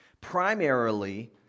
Primarily